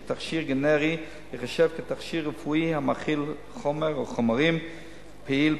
כי תכשיר גנרי ייחשב כתכשיר רפואי המכיל חומר או חומרים פעילים